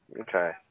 Okay